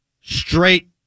straight